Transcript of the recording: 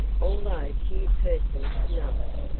although few persons know it.